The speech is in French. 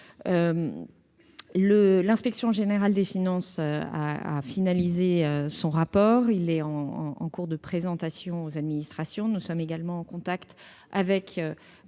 L'Inspection générale des finances a finalisé son rapport, qui est en cours de présentation dans les administrations. Nous sommes également en contact avec